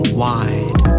wide